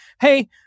Hey